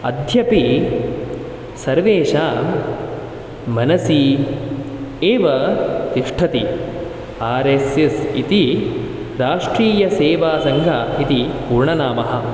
अद्यपि सर्वेषां मनसि एव तिष्ठति आर् एस् एस् इति राष्ट्रीयसेवासङ्घ इति पूर्ण नाम